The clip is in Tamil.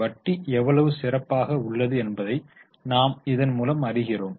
வட்டி எவ்வளவு சிறப்பாக உள்ளது என்பதை நாம் இதன் மூலம் அறிகிறோம்